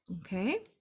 okay